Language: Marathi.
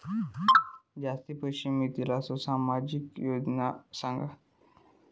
जास्ती पैशे मिळतील असो सामाजिक योजना सांगा?